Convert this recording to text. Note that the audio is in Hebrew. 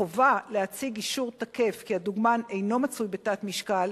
החובה להציג אישור תקף שהדוגמן אינו מצוי בתת-משקל